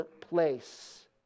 place